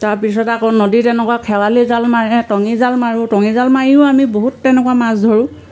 তাৰপিছত আকৌ নদীত এনেকুৱা খেৰালি জাল মাৰে টঙি জাল মাৰোঁ টঙি জাল মাৰিও আমি বহুত তেনেকুৱা মাছ ধৰোঁ